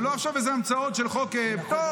ולא עכשיו איזה המצאות של חוק פטור